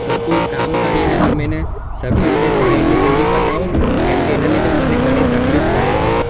સરખું કામ કરીને તમે એને સબસીડીને થાય એટલી જલ્દી પતાવો કેમ કે એના લીધે મને ઘણી તકલીફ પડે છે